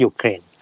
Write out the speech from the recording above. Ukraine